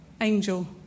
angel